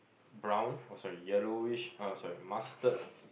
brown oh sorry yellowish oh sorry mustard